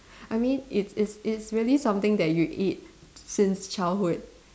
I mean it is it's really something that you eat since childhood